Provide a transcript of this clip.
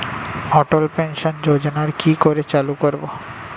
অটল pension যোজনার কি করে চালু করব?